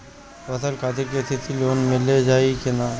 फसल खातिर के.सी.सी लोना मील जाई किना?